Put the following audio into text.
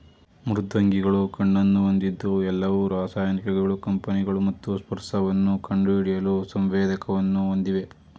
ಮೃದ್ವಂಗಿಗಳು ಕಣ್ಣನ್ನು ಹೊಂದಿದ್ದು ಎಲ್ಲವು ರಾಸಾಯನಿಕಗಳು ಕಂಪನಗಳು ಮತ್ತು ಸ್ಪರ್ಶವನ್ನು ಕಂಡುಹಿಡಿಯಲು ಸಂವೇದಕವನ್ನು ಹೊಂದಿವೆ